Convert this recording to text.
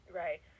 right